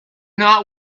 not